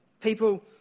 people